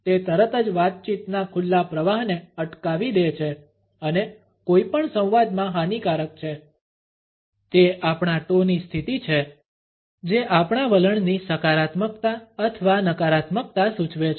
તે તરત જ વાતચીતના ખુલ્લા પ્રવાહને અટકાવી દે છે અને કોઈપણ સંવાદમાં હાનિકારક છે તે આપણા ટો ની સ્થિતિ છે જે આપણા વલણની સકારાત્મકતા અથવા નકારાત્મકતા સૂચવે છે